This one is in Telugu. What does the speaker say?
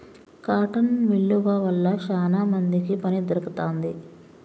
కాటన్ మిల్లువ వల్ల శానా మందికి పని దొరుకుతాంది